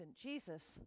Jesus